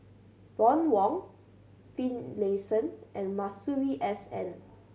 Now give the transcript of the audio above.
Ron Wong Finlayson and Masuri S N